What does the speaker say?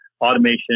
automation